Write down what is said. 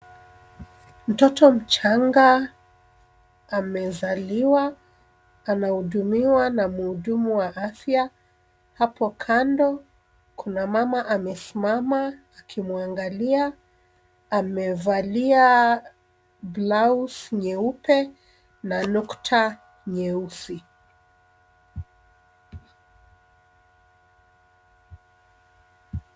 Mtoto mchanga amezaliwa, anahudumiwa na mhudumu wa afya. Hapo kando kuna mama amesimama akimwangalia, amevalia blouse nyeupe na nukta nyeusi.